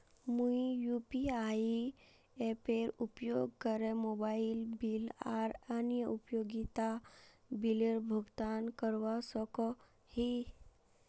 मुई यू.पी.आई एपेर उपयोग करे मोबाइल बिल आर अन्य उपयोगिता बिलेर भुगतान करवा सको ही